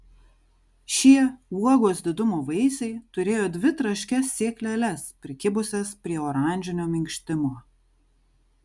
šie uogos didumo vaisiai turėjo dvi traškias sėkleles prikibusias prie oranžinio minkštimo